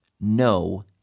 no